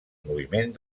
moviment